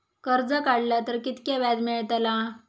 कर्ज काडला तर कीतक्या व्याज मेळतला?